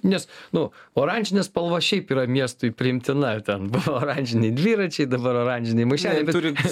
nes nu oranžinė spalva šiaip yra miestui priimtina ten oranžiniai dviračiai dabar oranžiniai maišeliai